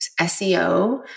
SEO